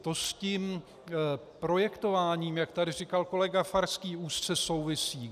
To s tím projektováním, jak tady říkal kolega Farský, úzce souvisí.